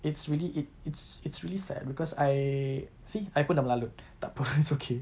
it's really it it's it's really sad because I see I pun dah melalut tak apa it's okay